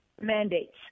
mandates